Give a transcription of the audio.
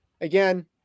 again